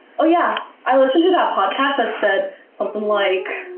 oh, yeah, i listen to that podcast that said something like.